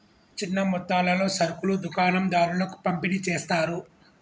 చిన్న మొత్తాలలో సరుకులు దుకాణం దారులకు పంపిణి చేస్తారు